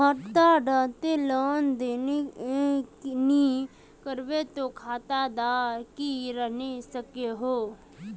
खाता डात लेन देन नि करबो ते खाता दा की रहना सकोहो?